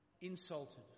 insulted